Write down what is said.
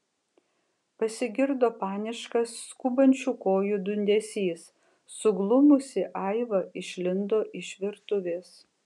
pasigirdo paniškas skubančių kojų dundesys suglumusi aiva išlindo iš virtuvės